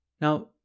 Now